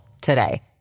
today